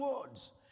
words